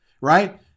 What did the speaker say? right